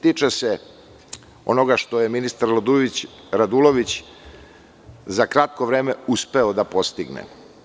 Tiče se onoga što je ministar Radulović za kratko vreme uspeo da postigne.